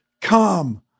Come